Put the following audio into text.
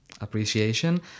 appreciation